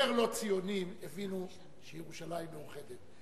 היותר לא ציונים, הבינו שירושלים מאוחדת.